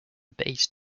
base